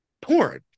porn